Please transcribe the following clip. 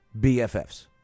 BFFs